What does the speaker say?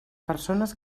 persones